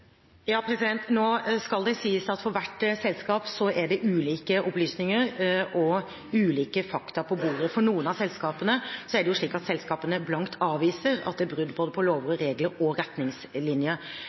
Nå skal det sies at for hvert selskap ligger det ulike opplysninger og ulike fakta på bordet. Noen av selskapene avviser blankt at det er brudd både på lover, på regler og på retningslinjer. Slik har ulike selskaper en litt ulik situasjon. Men vi følger det enkelte selskap og